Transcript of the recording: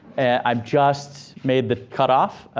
i'm just made the cutoff